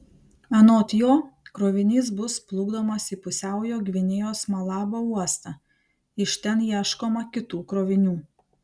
anot jo krovinys bus plukdomas į pusiaujo gvinėjos malabo uostą iš ten ieškoma kitų krovinių